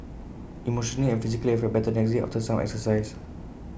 emotionally and physically I felt better the next day after some exercise